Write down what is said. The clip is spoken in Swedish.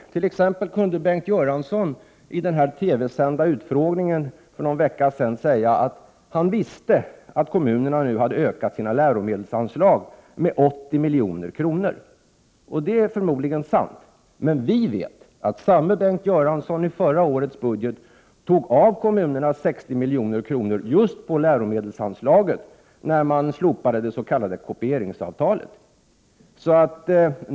T.ex. kunde Bengt Göransson i den för någon vecka sedan sända TV-utfrågningen säga att han visste att kommunerna hade ökat sina läromedelsanslag med 80 milj.kr. Det är förmodligen sant. Men vi vet att samme Bengt Göransson i förra årets budget när man slopade det s.k. kopieringsavtalet tog från kommunerna 60 milj.kr. just på läromedelsanslaget.